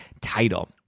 title